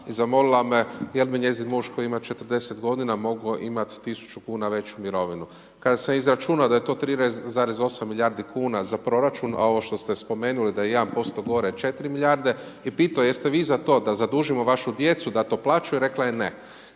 i zamolila me, jel bi njezin muž, koji ima 40 g. mogao imati 1000 kn veću mirovinu. Kada se izračuna da je to 13,8 milijardi kn za proračun, a ovo što ste spomenuli da je 1% gore 4 milijarde, bi pitao jeste vi za to da zadužimo vašu djecu da to plaćaju, rekla je ne.